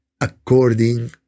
according